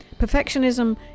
Perfectionism